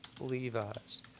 Levi's